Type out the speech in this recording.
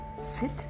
Sit